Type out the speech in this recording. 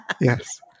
Yes